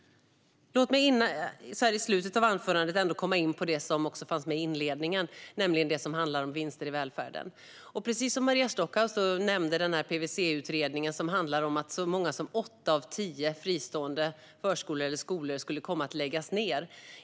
Låt mig så här i slutet av anförandet komma in på det som också fanns med i inledningen, nämligen det som handlar om vinster i välfärden. Maria Stockhaus nämnde PWC-utredningen, som handlar om att så många som åtta av tio fristående skolor eller förskolor skulle komma att läggas ned.